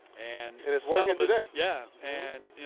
and and it's his second today. yeah, and you